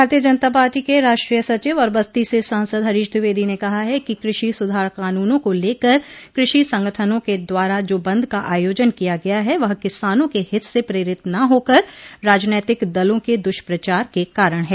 भारतीय जनता पार्टी के राष्ट्रीय सचिव और बस्ती से सांसद हरीश द्विवेदी ने कहा है कि कृषि सुधार कानूनों को लेकर कृषि संगठनों के द्वारा जो बंद का आयोजन किया गया है वह किसानों के हित से प्रेरित न होकर राजनैतिक दलों के दुष्प्रचार के कारण ह